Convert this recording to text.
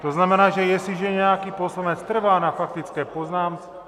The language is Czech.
To znamená, že jestliže nějaký poslanec trvá na faktické poznámce...